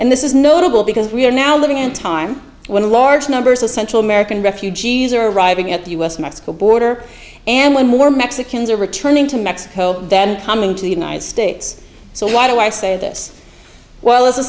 and this is notable because we are now living in time when large numbers of central american refugees are arriving at the us mexico border and when more mexicans are returning to mexico than coming to the united states so why do i say this well as a